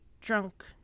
drunk